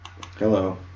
Hello